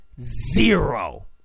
zero